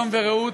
שלום ורעות.